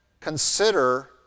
consider